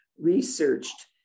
researched